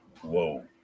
whoa